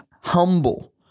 humble